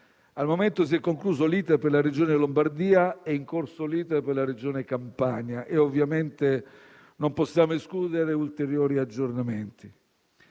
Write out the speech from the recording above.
Al momento si è concluso l'*iter* per la Regione Lombardia ed è in corso quello per la Regione Campania; ovviamente, non possiamo escludere ulteriori aggiornamenti.